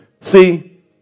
See